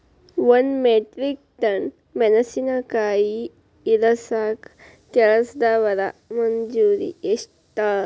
ಒಂದ್ metric ton ಮೆಣಸಿನಕಾಯಿ ಇಳಸಾಕ್ ಕೆಲಸ್ದವರ ಮಜೂರಿ ಎಷ್ಟ?